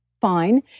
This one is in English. fine